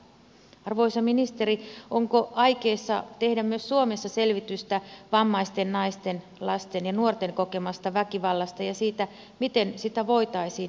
arvoisa ministeri ollaanko aikeissa tehdä myös suomessa selvitystä vammaisten naisten lasten ja nuorten kokemasta väkivallasta ja siitä miten sitä voitaisiin ehkäistä